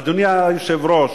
אדוני היושב-ראש,